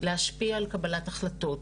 להשפיע על קבלת החלטות.